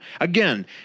Again